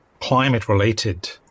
climate-related